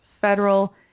federal